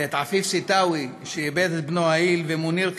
ועפיף סתאוי, שאיבד את בנו האיל, ומוניר קבלאן,